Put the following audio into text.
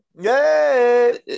Yay